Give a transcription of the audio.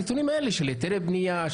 הנתונים האלה של היתרי בנייה,